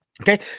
Okay